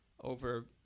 over